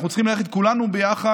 אנחנו צריכים ללכת כולנו ביחד,